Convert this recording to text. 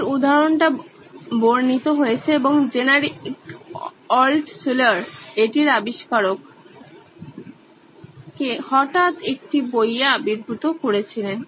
এই উদাহরণটা বর্ণিত হয়েছে এবং জেনেরিক অল্টশুলার এটির আবিষ্কারক কে হঠাৎ একটি বইয়ে আবির্ভূত করেছেন